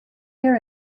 hear